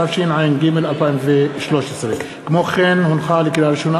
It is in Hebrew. התשע"ג 2013. לקריאה ראשונה,